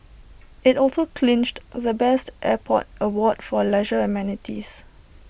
IT also clinched the best airport award for leisure amenities